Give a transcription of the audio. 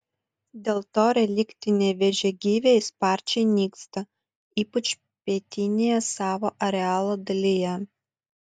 dėl to reliktiniai vėžiagyviai sparčiai nyksta ypač pietinėje savo arealo dalyje